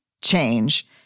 change